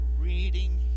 reading